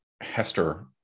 Hester